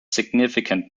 significant